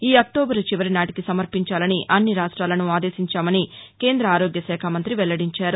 ఈ అక్టోబర్ చివరి నాటికి సమర్పించాలని అన్ని రాష్ట్లాలను ఆదేశించామని కేంద్ర ఆరోగ్యశాఖ మంత్రి వెల్లడించారు